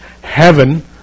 heaven